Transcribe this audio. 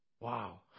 Wow